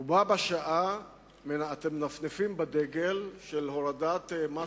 ובה בשעה אתם מנופפים בדגל של הורדת מס